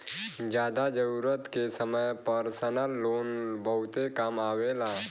जादा जरूरत के समय परसनल लोन बहुते काम आवेला